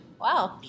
Wow